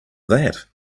that